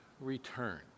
returned